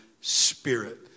spirit